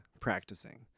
practicing